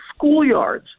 schoolyards